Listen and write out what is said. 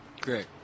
Great